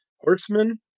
horsemen